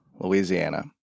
Louisiana